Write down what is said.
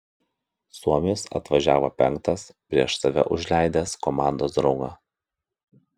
suomis atvažiavo penktas prieš save užleidęs komandos draugą